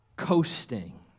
coasting